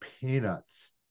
peanuts